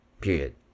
Period